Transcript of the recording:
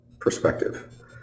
perspective